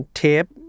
tape